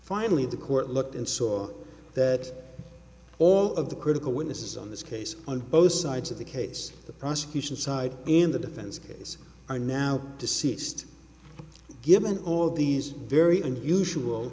finally the court looked and saw that all of the critical witnesses on this case on both sides of the case the prosecution side in the defense case are now deceased given all these very unusual